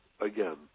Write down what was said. again